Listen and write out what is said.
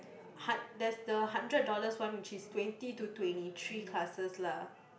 hun~ there's the hundred dollars one which is twenty to twenty three classes lah